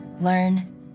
Learn